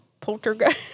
poltergeist